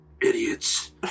idiots